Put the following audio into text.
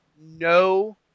no